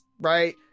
right